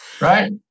right